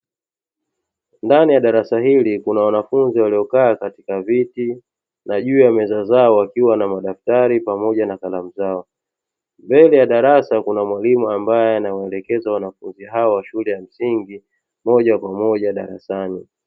Ndani ya darasa hili kuna wanafunzi waliokaa katika viti na juu ya meza zao wakiwa na madaftari pamoja na kalamu zao, mbele ya darasa kuna mwalimu ambae anawaelekeza wanafunzi hawa wa shule ya msingi moja kwa moja darasani.